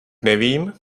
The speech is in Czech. nevím